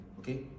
okay